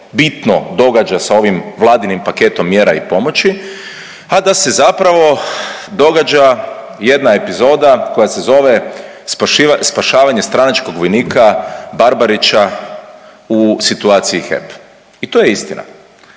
bitno događa sa ovim Vladinim paketom mjera i pomoći, a da se zapravo događa jedna epizoda koja se zove „spašavanje stranačkog vojnika Barbarića u situaciji HEP“ i to je istina.